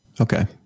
Okay